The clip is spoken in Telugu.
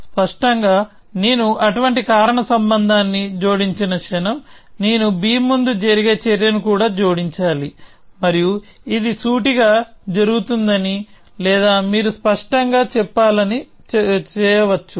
స్పష్టంగా నేను అటువంటి కారణ సంబంధాన్ని జోడించిన క్షణం నేను b ముందు జరిగే చర్యను కూడా జోడించాలి మరియు ఇది సూటిగా జరుగుతుందని లేదా మీరు స్పష్టంగా చేయాలని చెప్పవచ్చు